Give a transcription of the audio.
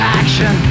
action